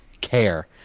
care